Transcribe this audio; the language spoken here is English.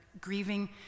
grieving